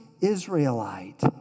Israelite